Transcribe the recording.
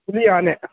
ಹುಲಿ ಆನೆ